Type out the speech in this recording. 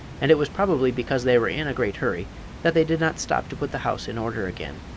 and it was probably because they were in a great hurry that they did not stop to put the house in order again.